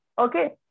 Okay